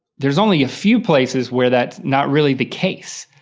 there's only a few places where that's not really the case.